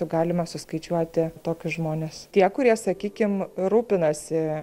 galima suskaičiuoti tokius žmones tie kurie sakykim rūpinasi